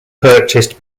purchased